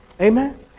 Amen